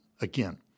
again